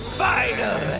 final